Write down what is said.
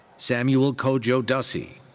samuel kodjo dussey.